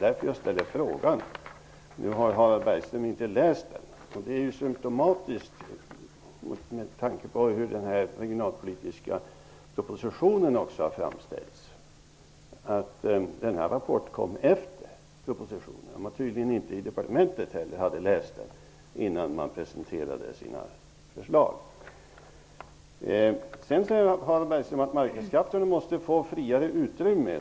Det är också detta som föranledde min fråga. Harald Bergström har emellertid inte läst NUTEK-rapporten. Med tanke på hur den här regionalpolitiska propositionen har framställts är det symtomatiskt att nämnda rapport presenterades efter det att propositionen lades fram. I departementet har man tydligen inte heller läst NUTEK-rapporten innan man presenterade sina förslag. Harald Bergström säger också att marknadskrafterna måste få ett friare utrymme.